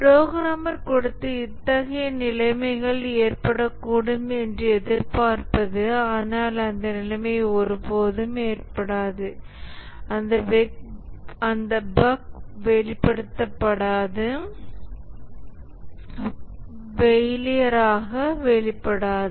programmer கொடுத்த இத்தகைய நிலைமைகள் ஏற்படக்கூடும் என்று எதிர்பார்ப்பது ஆனால் அந்த நிலை ஒருபோதும் ஏற்படாது அந்த பஃக் வெளிப்படுத்தாதது ஃபெயிலியர் ஆக வெளிப்படாது